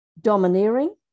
domineering